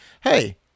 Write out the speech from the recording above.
hey